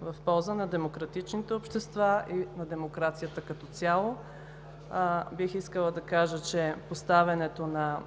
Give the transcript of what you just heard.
в полза на демократичните общества и на демокрацията като цяло. Бих искала да кажа, че поставянето на